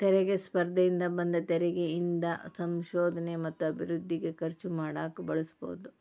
ತೆರಿಗೆ ಸ್ಪರ್ಧೆಯಿಂದ ಬಂದ ತೆರಿಗಿ ಇಂದ ಸಂಶೋಧನೆ ಮತ್ತ ಅಭಿವೃದ್ಧಿಗೆ ಖರ್ಚು ಮಾಡಕ ಬಳಸಬೋದ್